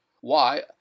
Why